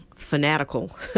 Fanatical